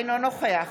אינו נוכח